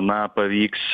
na pavyks